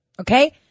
Okay